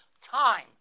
Time